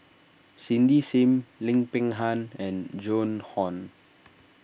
Cindy Sim Lim Peng Han and Joan Hon